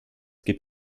gibt